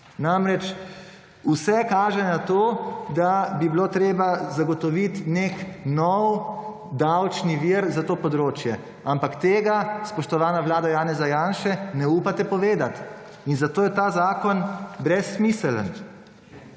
Namreč vse kaže na to, da bi bilo treba zagotoviti nek nov davčni vir za to področje, ampak tega, spoštovana Vlada Janeza Janše ne upate povedat in zato je ta zakon brezsmiseln.